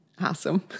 Awesome